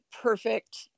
perfect